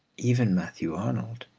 even matthew arnold,